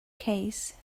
case